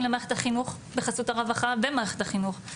למערכת החינוך בחסות הרווחה במערכת החינוך,